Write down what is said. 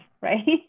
right